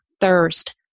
thirst